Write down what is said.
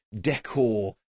decor